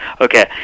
Okay